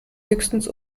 höchstens